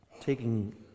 taking